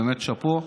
באמת שאפו.